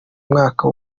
mwaka